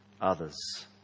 others